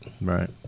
Right